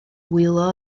wylo